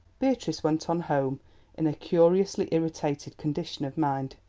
beatrice went on home in a curiously irritated condition of mind.